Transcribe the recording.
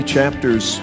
chapters